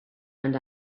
and